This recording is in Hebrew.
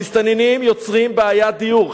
המסתננים יוצרים בעיית דיור.